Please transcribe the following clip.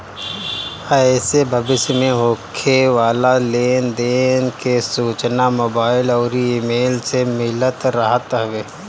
एसे भविष्य में होखे वाला लेन देन के सूचना मोबाईल अउरी इमेल से मिलत रहत हवे